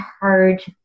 hard